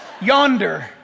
yonder